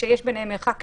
שיש ביניהן מרחק ניכר,